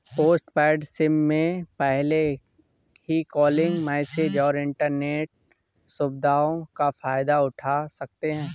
postpaid SIM में पहले ही कॉलिंग, मैसेजस और इन्टरनेट सुविधाओं का फायदा उठा सकते हैं